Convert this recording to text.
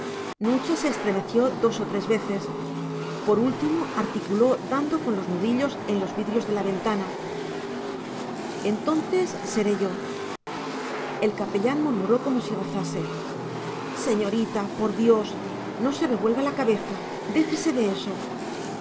nucha se estremeció dos o tres veces por último articuló dando con los nudillos en los vidrios de la ventana entonces seré yo el capellán murmuró como si rezase señorita por dios no se revuelva la cabeza déjese de eso